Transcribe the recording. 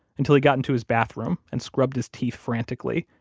until he got into his bathroom and scrubbed his teeth frantically,